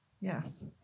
Yes